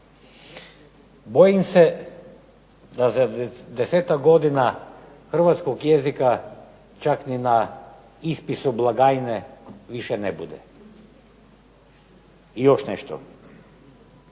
Bojim se da za desetak godina hrvatskog jezika čak ni na ispisu blagajne više ne bude. I još nešto.